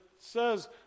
says